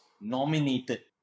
nominated